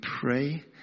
pray